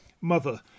mother